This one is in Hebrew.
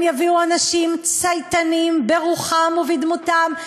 הם יביאו אנשים צייתנים ברוחם ובדמותם,